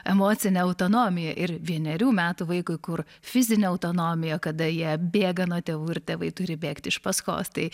emocinė autonomija ir vienerių metų vaikui kur fizinė autonomija kada jie bėga nuo tėvų ir tėvai turi bėgti iš paskos tai